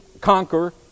conquer